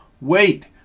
Wait